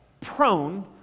prone